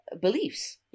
beliefs